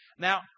Now